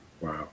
Wow